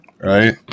Right